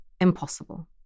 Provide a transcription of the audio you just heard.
impossible